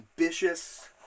ambitious